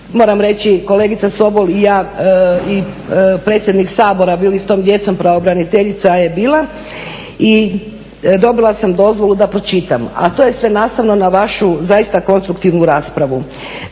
moram reći kolegica Sobol i ja i predsjednik Sabora bili s tom djecom, pravobraniteljica je bila i dobila sam dozvolu da pročitam a to je sve nastavno na vašu zaista konstruktivnu raspravu.